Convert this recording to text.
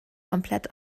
komplett